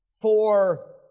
For